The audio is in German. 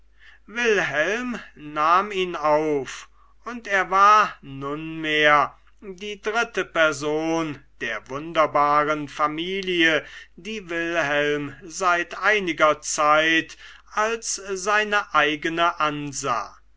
wilhelm nahm ihn auf und er war nunmehr die dritte person der wunderbaren familie die wilhelm seit einiger zeit als seine eigene ansah